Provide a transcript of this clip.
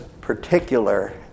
particular